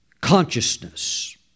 consciousness